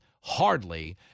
hardly